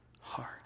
heart